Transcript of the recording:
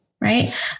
Right